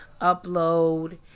upload